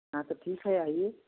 हाँ तो ठीक है आइए